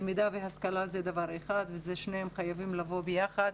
למידה והשכלה, זה דבר אחד ושניהם חייבים לבוא ביחד